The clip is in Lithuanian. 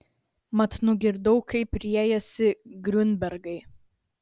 mat nugirdau kaip riejasi griunbergai